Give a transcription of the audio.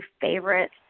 favorite